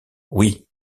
oui